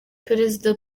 perezida